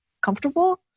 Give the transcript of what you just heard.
comfortable